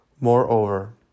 moreover